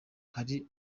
hari